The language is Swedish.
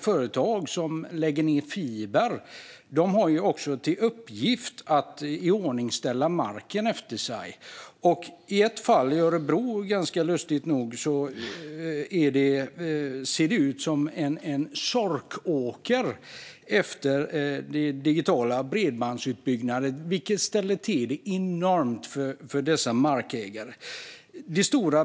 Företag som lägger ned fiber har också till uppgift att iordningsställa marken efter sig. Nu har jag fått mejl om ett fall i Örebro, lustigt nog, där det ser ut som en sorkåker efter en bredbandsutbyggnad, vilket ställer till det enormt för markägarna.